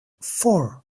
four